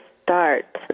Start